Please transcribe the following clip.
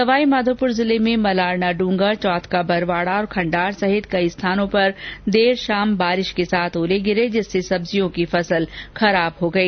सवाईमाधोपुर जिले में मलारना डूंगर चौथ का बरवाडा और खण्डार सहित कई स्थानो पर देर शाम बारिश के साथ ओले गिरे जिससे सब्जियों की फसल खराब हो गई